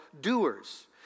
doers